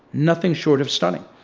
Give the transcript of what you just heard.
nothing short of stunning.